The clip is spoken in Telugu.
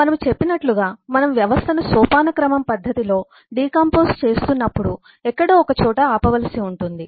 మనము చెప్పినట్లుగా మనం వ్యవస్థను సోపానక్రమం పద్ధతిలో డికాంపొస్ చేస్తున్నప్పుడు ఎక్కడో ఒకచోట ఆపవలసి ఉంటుంది